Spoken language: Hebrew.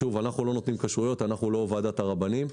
אנחנו לא נותנים כשאריות, אנחנו לא ועדת הרבנים.